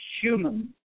human